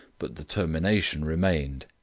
but the termination remained.